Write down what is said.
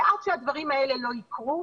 ועד שהדברים האלה לא יקרו,